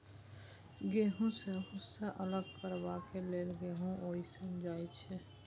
गहुँम सँ भुस्सा अलग करबाक लेल गहुँम केँ ओसाएल जाइ छै